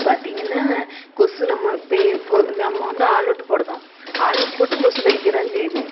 பார்த்தீங்கன்னா கொசு நம்ம நம்ம வந்து ஆலவுட் போடுறோம் ஆலவுட் போட்டும் கொசு கடிக்க தான் செய்யுது